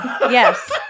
Yes